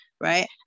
right